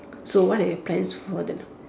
so what are your plans for the